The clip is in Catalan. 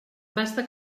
basta